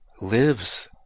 lives